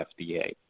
FDA